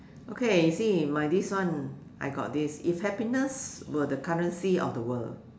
okay you see my this one I got this if happiness were the currency of the world